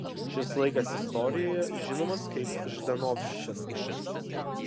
šis laikas istorijoje žinomas kaip ždanovščina